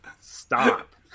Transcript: stop